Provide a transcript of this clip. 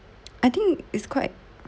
I think it's quite